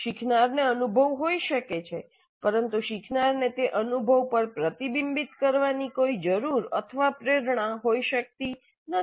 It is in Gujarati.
શીખનારને અનુભવ હોઈ શકે છે પરંતુ શીખનારને તે અનુભવ પર પ્રતિબિંબિત કરવાની કોઈ જરૂર અથવા પ્રેરણા હોઈ શકતી નથી